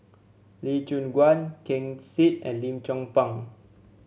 Lee Choon Guan Ken Seet and Lim Chong Pang